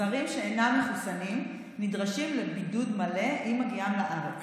זרים שאינם מחסונים נדרשים לבידוד מלא עם הגיעם לארץ.